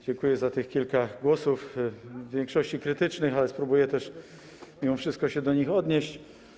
Dziękuję za tych kilka głosów, w większości krytycznych, ale spróbuję też mimo wszystko się do nich odnieść.